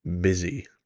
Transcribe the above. busy